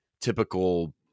typical